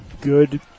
Good